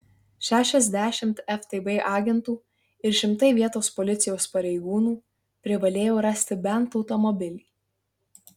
šešiasdešimt ftb agentų ir šimtai vietos policijos pareigūnų privalėjo rasti bent automobilį